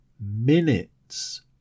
minutes